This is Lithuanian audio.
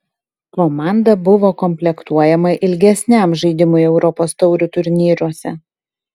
komanda buvo komplektuojama ilgesniam žaidimui europos taurių turnyruose